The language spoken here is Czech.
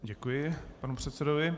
Děkuji panu předsedovi.